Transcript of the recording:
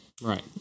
Right